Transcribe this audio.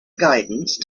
guidance